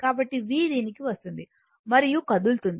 కాబట్టి v దీనికి వస్తుంది మరియు కదులుతుంది